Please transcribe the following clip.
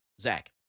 Zach